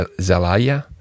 Zelaya